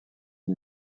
une